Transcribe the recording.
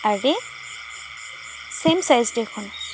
আৰে same size দেখোন